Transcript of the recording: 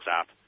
app